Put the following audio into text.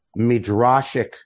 midrashic